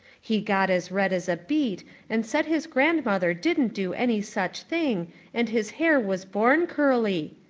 he got as red as a beet and said his grandmother didn't do any such thing and his hair was born curly.